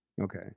Okay